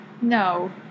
No